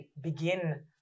begin